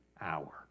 hour